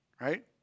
right